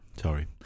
Sorry